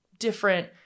different